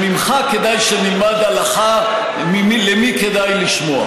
שממך כדאי שנלמד הלכה למי כדאי לשמוע.